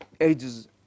ages